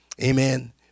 amen